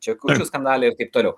ęekučių skandale ir taip toliau